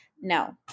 No